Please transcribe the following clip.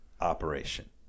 operation